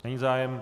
Není zájem.